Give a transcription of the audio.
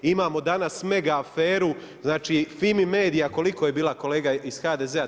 Imamo danas mega aferu, znači FIMI-MEDIA, koliko je bila kolega iz HDZ-a?